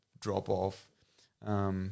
drop-off